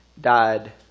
died